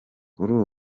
kuri